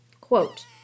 Quote